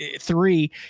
three